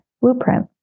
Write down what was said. blueprint